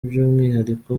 by’umwihariko